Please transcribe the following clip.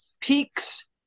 peaks